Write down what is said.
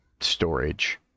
storage